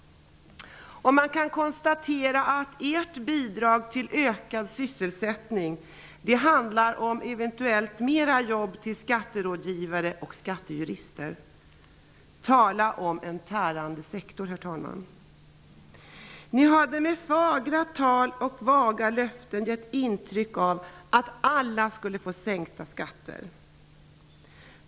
Man kan konstatera att ert bidrag till en ökad sysselsättning handlar om eventuellt fler jobb för skatterådgivare och skattejurister. Herr talman! Tala om en tärande sektor! Ni hade med fagra tal och vaga löften gett intryck av att alla skulle få sänkta skatter.